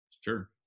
sure